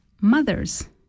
mothers